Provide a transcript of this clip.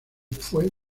fue